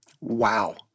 Wow